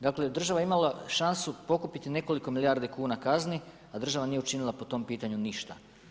Dakle, država je imala šansu pokupiti nekoliko milijardi kuna kazni, a država nije učinila po tom pitanju ništa.